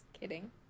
kidding